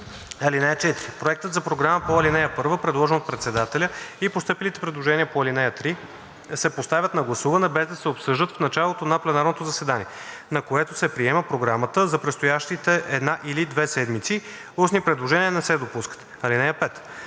(4) Проектът за програма по ал. 1, предложен от председателя, и постъпилите предложения по ал. 3 се поставят на гласуване, без да се обсъждат, в началото на пленарното заседание, на което се приема програма за предстоящите една или две седмици. Устни предложения не се допускат. (5)